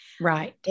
Right